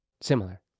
similar